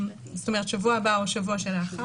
זאת אומרת, בשבוע הבא או בשבוע שלאחריו.